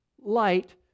Light